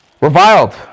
reviled